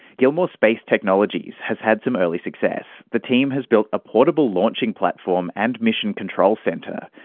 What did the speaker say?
gilmour space technologies has had some early success. the team has built a portable launching platform and mission control centre,